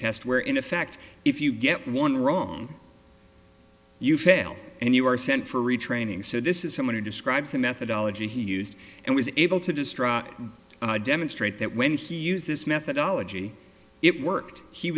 test where in effect if you get one wrong you failed and you were sent for retraining so this is someone who describes the methodology he used and was able to destroy demonstrate that when he used this methodology it worked he